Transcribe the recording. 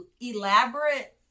elaborate